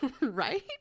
Right